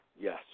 Yes